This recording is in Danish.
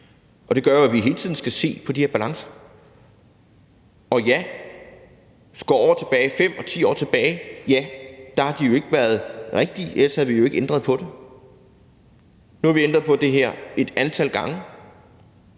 Det gør jo, at vi hele tiden skal se på de her balancer, og hvis vi går 5-10 år tilbage, vil vi se, at de jo ikke var rigtige, ellers havde vi jo ikke ændret på det. Nu har vi ændret på det her et antal gange,